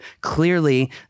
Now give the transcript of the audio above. Clearly